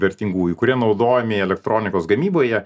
vertingųjų kurie naudojami elektronikos gamyboje